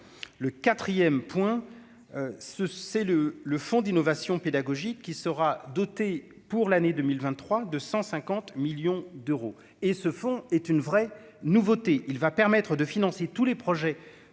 le 4ème point ce c'est le le fonds d'innovation pédagogique qui sera doté pour l'année 2023 de 150 millions d'euros et ce fonds est une vraie nouveauté, il va permettre de financer tous les projets